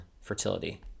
fertility